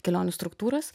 kelionių struktūras